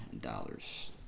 dollars